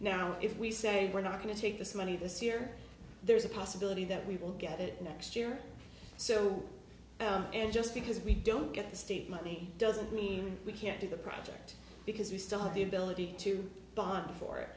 now if we say we're not going to take this money this year there's a possibility that we will get it next year so and just because we don't get the state money doesn't mean we can't do the project because we still have the ability to b